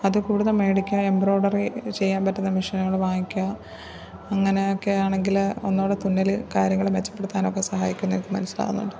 അതു കൂടുതൽ മേടിക്കാൻ എംബ്രോയ്ഡറി ചെയ്യാൻ പറ്റുന്ന മെഷീനുകൾ വാങ്ങിക്കുക അങ്ങനെയൊക്കെ ആണെങ്കില് ഒന്നൂടെ തുന്നല് കാര്യങ്ങള് മെച്ചപ്പെടുത്താനൊക്കെ സഹായിക്കുന്നു എന്ന് മനസ്സിലാവുന്നുണ്ട്